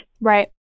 Right